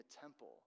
temple